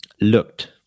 looked